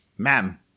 Ma'am